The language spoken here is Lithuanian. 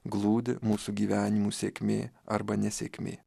glūdi mūsų gyvenimų sėkmė arba nesėkmė